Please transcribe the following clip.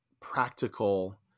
practical